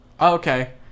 Okay